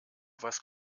was